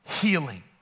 healing